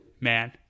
Man